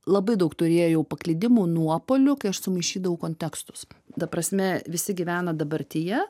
labai daug turėjau paklydimų nuopuolių kai aš sumaišydavau kontekstus ta prasme visi gyvena dabartyje